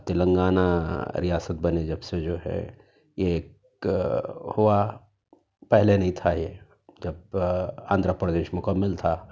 تلنگانہ ریاست بنی جب سے جو ہے یہ ایک ہُوا پہلے نہیں تھا یہ جب آندھرا پردیش مکمل تھا